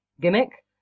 gimmick